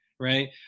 Right